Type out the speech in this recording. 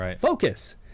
focus